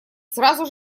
сразу